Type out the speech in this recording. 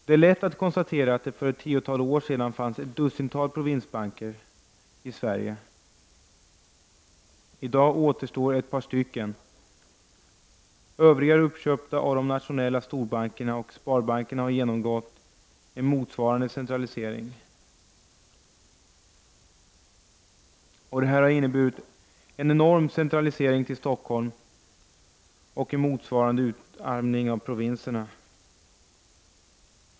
Det är lätt att konstatera att det för ett tiotal år sedan fanns ett dussintal provinsbanker i Sverige. I dag återstår ett par stycken. Övriga är uppköpta av de nationella storbankerna. Sparbankerna har genomgått en motsvarande centralisering. Detta har inneburit en enorm centralisering till Stockholm och en motsvarande utarmning av provinserna.